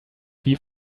wie